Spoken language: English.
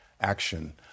action